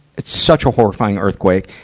it's suck a horrifying earthquake.